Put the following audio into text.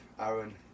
Aaron